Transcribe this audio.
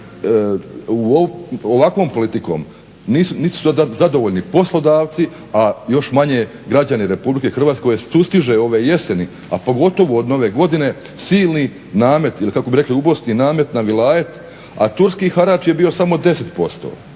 ovakvom politikom niti su zadovoljni poslodavci, a još manje građani RH koje sustiže ove jeseni, a pogotovo od nove godine silni namet ili kako bi rekli u Bosni namet na milaje, a turski harač je bio samo 10%.